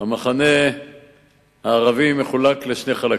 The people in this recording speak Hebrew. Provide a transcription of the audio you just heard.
המחנה הערבי מחולק לשני חלקים,